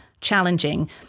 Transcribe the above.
challenging